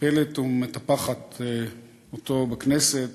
מטפלת ומטפחת אותו בכנסת.